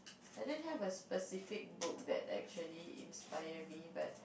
I don't have a specific book that actually inspire me but